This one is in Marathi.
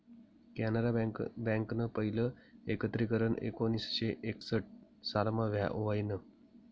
कॅनरा बँकनं पहिलं एकत्रीकरन एकोणीसशे एकसठ सालमा व्हयनं